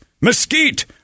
mesquite